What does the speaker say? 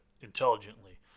intelligently